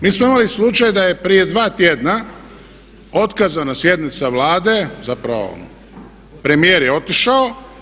Mi smo imali slučaj da je prije dva tjedna otkazana sjednica Vlade, zapravo premijer je otišao.